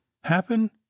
Happen